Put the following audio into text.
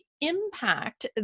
impact